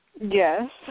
Yes